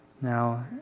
now